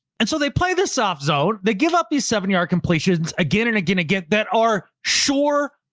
and so they play this off zone. they give up these seven yard completions again and again, to get that are sure.